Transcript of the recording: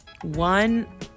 One